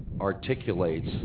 articulates